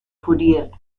fourier